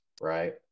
right